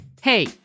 Hey